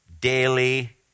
daily